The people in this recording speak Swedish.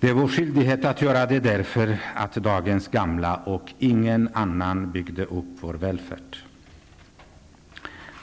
Det är vår skyldighet att göra det därför att dagens gamla och ingen annan byggde upp vår välfärd.